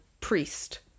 priest